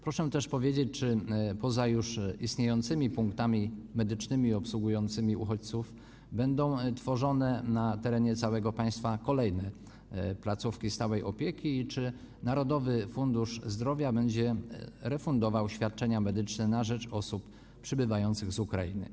Proszę też powiedzieć, czy poza już istniejącymi punktami medycznymi obsługującymi uchodźców będą tworzone na terenie całego kraju kolejne placówki stałej opieki i czy Narodowy Fundusz Zdrowia będzie refundował świadczenia medyczne na rzecz osób przybywających z Ukrainy.